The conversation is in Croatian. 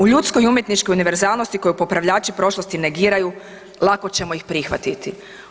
U ljudskoj i umjetničkoj univerzalnosti koju popravljači prošlosti negiraju, lako ćemo ih prihvatiti.